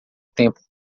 tempo